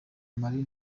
mali